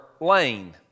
lane